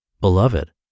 beloved